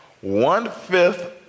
one-fifth